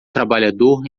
trabalhador